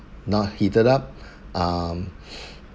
not heated up um